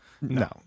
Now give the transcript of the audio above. no